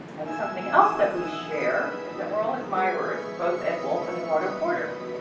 and something else that we share is that we are all admirers of both ed wolff and eduardo porter.